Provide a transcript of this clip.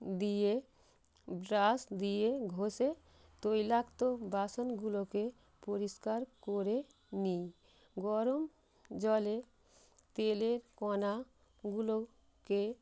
দিয়ে ব্রাশ দিয়ে ঘষে তৈলাক্ত বাসনগুলোকে পরিষ্কার করে নিই গরম জলে তেলের কণাগুলোকে